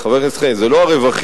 חבר הכנסת הורוביץ, זה לא הרווחים.